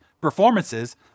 performances